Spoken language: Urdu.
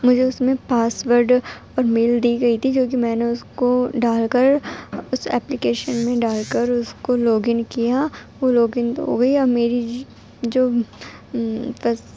مجھے اس میں پاس ورڈ اور میل دی گئی تھی جو کہ میں نے اس کو ڈال کر اس ایپلیکیشن میں ڈال کر اس کو لاگ ان کیا وہ لاگ ان تو ہو گئی اور میری جو پس